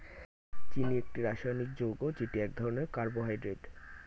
চিনি একটি রাসায়নিক যৌগ যেটি এক ধরনের কার্বোহাইড্রেট